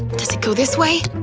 does it go this way?